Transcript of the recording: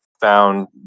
found